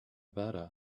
better